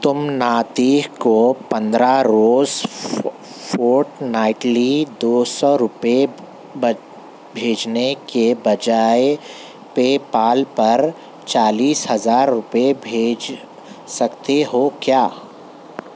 تم ناطق کو پندرہ روز فورت نائٹلی دو سو روپئے بھیجنے کے بجائے پے پال پر چالیس ہزار روپئے بھیج سکتے ہو کیا